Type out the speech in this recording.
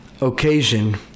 occasion